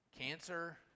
Cancer